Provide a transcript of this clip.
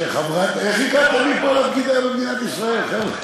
שחברת, איך הגעת מפה לבגידה במדינת ישראל?